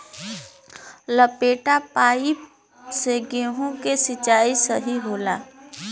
लपेटा पाइप से गेहूँ के सिचाई सही होला?